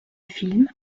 film